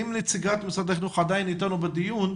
אם נציגת משרד החינוך עדיין איתנו בדיון,